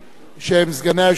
שהם סגני היושב-ראש,